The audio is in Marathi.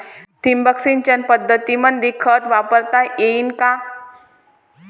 ठिबक सिंचन पद्धतीमंदी खत वापरता येईन का?